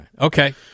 Okay